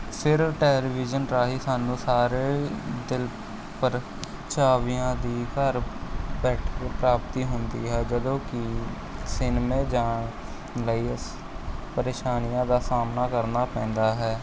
ਸਿਰ ਟੈਲੀਵਿਜ਼ਨ ਰਾਹੀਂ ਸਾਨੂੰ ਸਾਰੇ ਦਿਲ ਪ੍ਰਚਾਵਿਆਂ ਦੀ ਘਰ ਬੈਠੇ ਪ੍ਰਾਪਤੀ ਹੁੰਦੀ ਹੈ ਜਦੋਂ ਕਿ ਸਿਨੇਮਾ ਜਾਣ ਲਈ ਪਰੇਸ਼ਾਨੀਆਂ ਦਾ ਸਾਹਮਣਾ ਕਰਨਾ ਪੈਂਦਾ ਹੈ